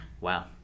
wow